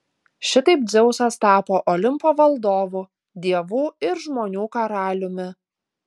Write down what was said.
šitaip dzeusas tapo olimpo valdovu dievų ir žmonių karaliumi